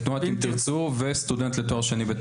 שי רוזנגרטן,